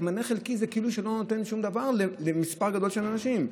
מענה חלקי זה כאילו היא לא נותנת שום דבר למספר גדול של אנשים.